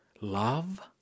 love